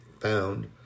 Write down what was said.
found